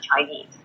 Chinese